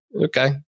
Okay